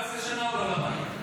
14 שנה הוא לא למד.